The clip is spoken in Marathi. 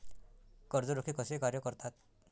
कर्ज रोखे कसे कार्य करतात?